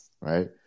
Right